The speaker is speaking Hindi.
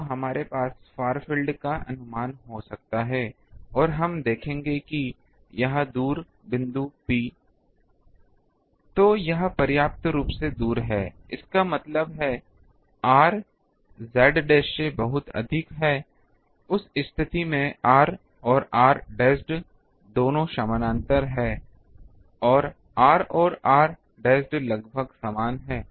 तो हमारे पास फार फील्ड का अनुमान हो सकता है और हम देखेंगे कि यह दूर बिंदु P तो यह पर्याप्त रूप से दूर है इसका मतलब है r z डैश से बहुत अधिक है उस स्थिति में r और r dashed दोनों समानांतर हैं और r और r dashed लगभग समान हैं